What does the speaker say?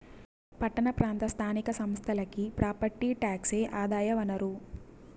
పట్టణ ప్రాంత స్థానిక సంస్థలకి ప్రాపర్టీ టాక్సే ఆదాయ వనరు